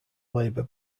labor